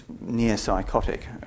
near-psychotic